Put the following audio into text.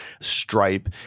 Stripe